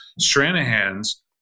Stranahan's